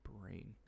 brain